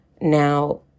Now